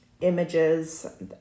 images